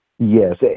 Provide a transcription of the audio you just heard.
Yes